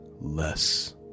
less